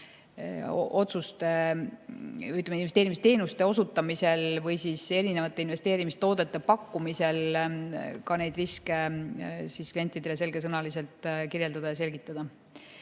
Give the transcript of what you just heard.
ja investeerimisteenuste osutamisel või investeerimistoodete pakkumisel ka neid riske klientidele selgesõnaliselt kirjeldada ja selgitada.